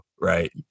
Right